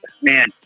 man